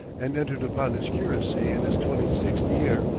and entered upon his curacy in his twenty-sixth year,